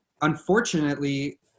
unfortunately